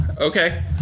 Okay